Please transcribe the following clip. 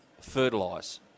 fertilise